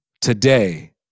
today